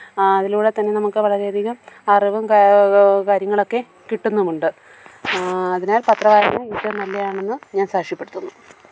അതിലൂടെത്തന്നെ നമുക്ക് വളരെയധികം അറിവും കാര്യങ്ങളൊക്കെ കിട്ടുന്നുമുണ്ട് അതിനാല് പത്രവായന ഏറ്റവും നല്ലതാണെന്ന് ഞാന് സാക്ഷ്യപ്പെടുത്തുന്നു